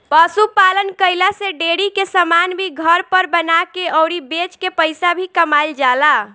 पशु पालन कईला से डेरी के समान भी घर पर बना के अउरी बेच के पईसा भी कमाईल जाला